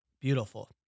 beautiful